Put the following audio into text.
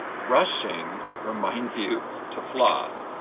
brushing reminds you to floss.